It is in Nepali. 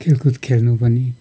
खेलकुद खेल्नु पनि